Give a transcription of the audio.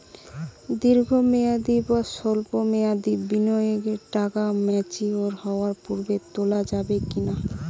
দীর্ঘ মেয়াদি বা সল্প মেয়াদি বিনিয়োগের টাকা ম্যাচিওর হওয়ার পূর্বে তোলা যাবে কি না?